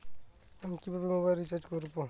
আমি কিভাবে mobile recharge করব?